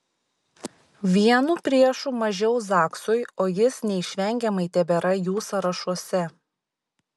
vienu priešu mažiau zaksui o jis neišvengiamai tebėra jų sąrašuose